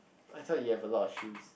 I thought you have a lot of shoes